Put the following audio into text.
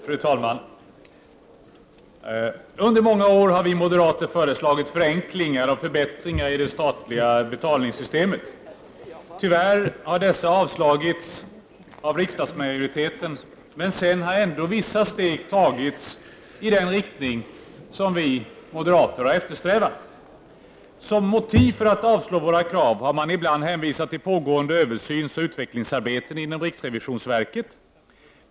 Fru talman! Under många år har vi moderater föreslagit förenklingar och förbättringar i det statliga betalningssystemet. Tyvärr har dessa förslag avslagits av riksdagsmajoriteten, men sedan har ändå vissa steg tagits i den riktning som vi moderater har eftersträvat. Som motiv för att avslå våra krav har man ibland hänvisat till pågående översynsoch utvecklingsarbeten inom riksrevisionsverket.